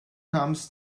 comes